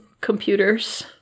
computers